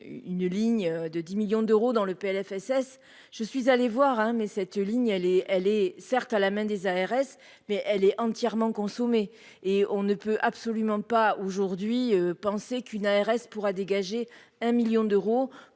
une ligne de 10 millions d'euros dans le PLFSS je suis allée voir hein, mais cette ligne, elle est, elle, est certes à la main des ARS, mais elle est entièrement consommé et on ne peut absolument pas aujourd'hui penser qu'une ARS pourra dégager un 1000000 d'euros,